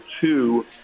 two